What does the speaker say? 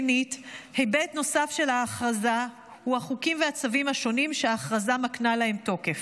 היבט נוסף של ההכרזה הוא החוקים והצווים השונים שההכרזה מקנה להם תוקף.